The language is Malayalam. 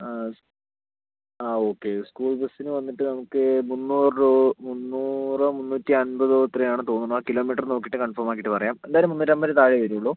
ആ ആ ഓക്കെ സ്കൂൾ ബസ്സിന് വന്നിട്ട് നമുക്ക് മുന്നൂറ് മുന്നൂറോ മുന്നൂറ്റി അൻപതോ അത്രയാണ് തോന്നുന്നു അത് കിലോ മീറ്റർ നോക്കിയിട്ട് കൺഫോം ആക്കിയിട്ട് പറയാം എന്തായാലും മൂന്നൂറ്റൻപതിൽ താഴെയേ വരുള്ളൂ